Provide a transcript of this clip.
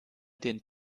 den